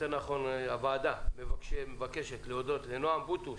הוועדה מבקשת להודות לנעם בוטוש,